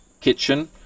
kitchen